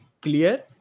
clear